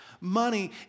money